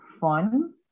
fun